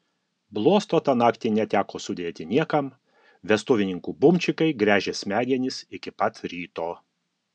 bluosto tą naktį neteko sudėti niekam vestuvininkų bumčikai gręžė smegenis iki pat ryto